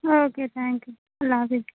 okay thank you اللہ حافظ